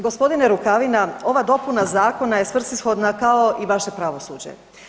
Gospodine Rukavina ova dopuna zakona je svrsishodna kao i vaše pravosuđe.